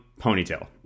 ponytail